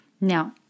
Now